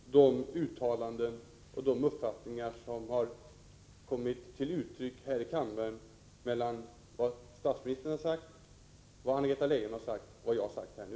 Herr talman! Det finns i de uttalanden och de uppfattningar som har kommit till uttryck här i riksdagen ingen motsättning mellan vad statsministern har sagt, vad Anna-Greta Leijon har sagt och vad jag har sagt nu.